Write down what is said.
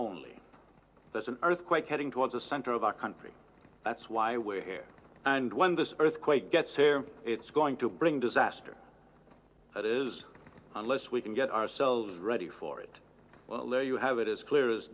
does an earthquake heading towards the center of our country that's why we're here and when this earthquake gets here it's going to bring disaster that is unless we can get ourselves ready for it well you have it as clear as